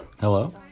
hello